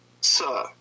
Sir